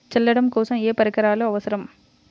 చల్లడం కోసం ఏ పరికరాలు అవసరం?